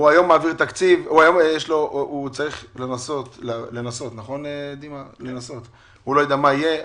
היום הוא צריך לנסות והוא לא יודע מה יהיה.